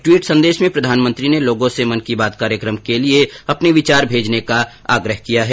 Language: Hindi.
एक ट्वीट संदेश में प्रधानमंत्री ने लोगों से मन की बात कार्यक्रम के लिए अपने विचार भेजने का आग्रह किया है